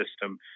system